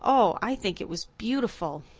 oh, i think it was beautiful!